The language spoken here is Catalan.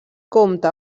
compta